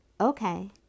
Okay